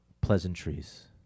pleasantries